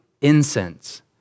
incense